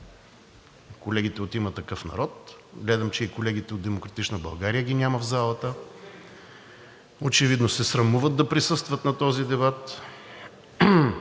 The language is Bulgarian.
колегите от „Има такъв народ“. Гледам, че и колегите от „Демократична България“ ги няма в залата, очевидно се срамуват да присъстват на този дебат.